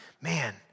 man